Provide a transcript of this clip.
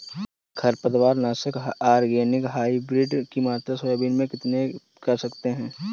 खरपतवार नाशक organic hybrid की मात्रा सोयाबीन में कितनी कर सकते हैं?